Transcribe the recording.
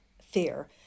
fear